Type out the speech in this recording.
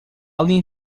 linha